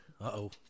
Uh-oh